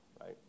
right